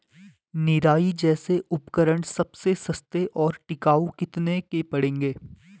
निराई जैसे उपकरण सबसे सस्ते और टिकाऊ कितने के पड़ेंगे?